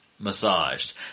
Massaged